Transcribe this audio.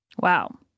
Wow